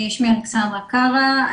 שמי אלכסנדרה קרא,